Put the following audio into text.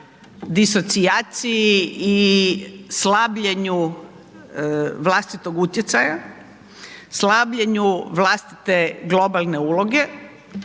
disocijaciji i slabljenju vlastitog utjecaja, slabljenju vlastite globalne uloge,